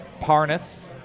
Parnas